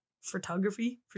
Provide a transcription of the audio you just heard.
Photography